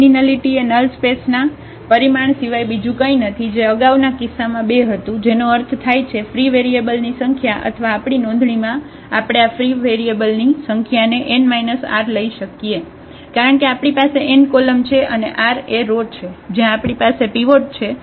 A ની nullity એ null સ્પેસના પરિમાણ સિવાય બીજું કંઈ નથી જે અગાઉના કિસ્સામાં 2 હતું જેનો અર્થ થાય છે ફ્રી વેરીએબલની સંખ્યા અથવા આપણી નોંધણીમાં આપણે આ ફ્રી વેરીએબલની સંખ્યાને n માઇનસ r લઈ શકીએ કારણ કે આપણી પાસે n કોલમ છે અને r એ રો છે જ્યાં આપણી પાસે પિવોટ છે